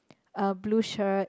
a blue shirt